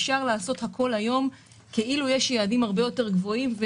אפשר לעשות הכול היום כאילו יש יעדים הרבה יותר גבוהים.